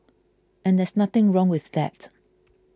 and there's nothing wrong with that